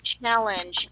challenge